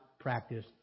practice